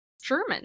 German